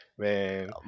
man